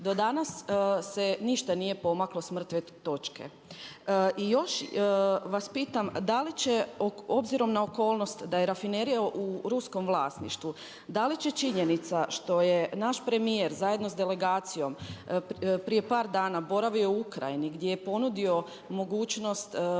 Do danas se ništa nije pomaklo sa mrtve točke. I još vas pitam da li će obzirom na okolnost da je rafinerija u ruskom vlasništvu, da li će činjenica što je naš premijer zajedno sa delegacijom prije par dana boravio u Ukrajini gdje je ponudio mogućnost,